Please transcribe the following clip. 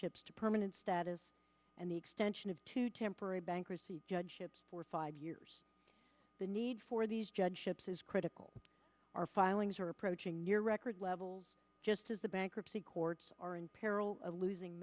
judgeships to permanent status and the extension of two temporary bankruptcy judge ships for five years the need for these judge dips is critical our filings are approaching near record levels just as the bankruptcy courts are in peril losing